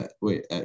wait